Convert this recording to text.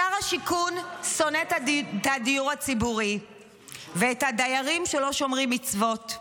שר השיכון שונא את הדיור הציבורי ואת הדיירים שלא שומרים מצוות.